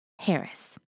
Harris